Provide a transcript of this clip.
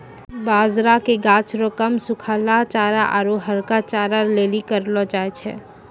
बाजरा के गाछ रो काम सुखलहा चारा आरु हरका चारा लेली करलौ जाय छै